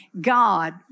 God